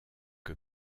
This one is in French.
que